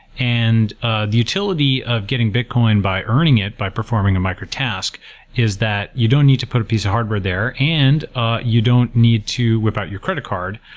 and ah utility of bitcoin by earning it, by performing a micro task is that you don't need to put a piece of hardware there and ah you don't need to whip out your credit card.